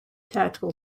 tactical